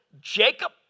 Jacob